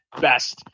best